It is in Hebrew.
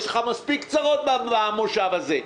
יש לך מספיק צרות במושב הזה.